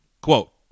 Quote